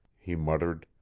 he muttered,